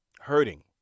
Hurting